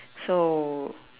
so